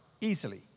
easily